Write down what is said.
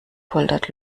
poltert